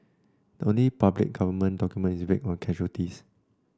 the only public government document is vague on casualties